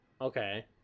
Okay